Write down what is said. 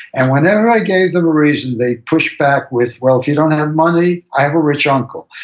and whenever i gave them a reason, they pushed back with, well, if you don't have money, i have a rich uncle.